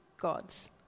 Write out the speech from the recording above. God's